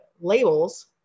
labels